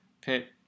pit